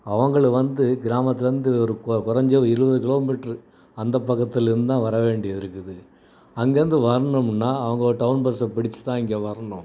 அவங்க வந்து கிராமத்திலேருந்து ஒரு கொறைஞ்சது இருபது கிலோமீட்ரு அந்த பக்கத்திலேருந்து தான் வர வேண்டியது இருக்குது அங்கேயிருந்து வரணும்னா அவங்க ஒரு டவுன் பஸ்ஸை பிடித்து தான் இங்கே வரணும்